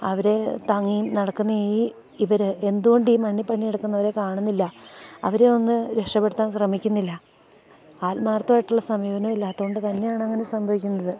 അവരെ താങ്ങിയും നടക്കുന്ന ഈ ഇവർ എന്തു കൊണ്ടീ മണ്ണിൽ പണിയെടുക്കുന്നവരെ കാണുന്നില്ല അവരെയൊന്ന് രക്ഷപ്പെടുത്താൻ ശ്രമിക്കുന്നില്ല ആത്മാർത്ഥമായിട്ടുള്ള സമീപനം ഇല്ലാത്തതു കൊണ്ട് തന്നെയാണങ്ങനെ സംഭവിക്കുന്നത്